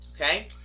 Okay